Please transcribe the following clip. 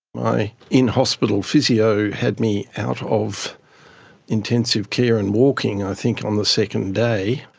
my in-hospital physio had me out of intensive care and walking i think on the second day,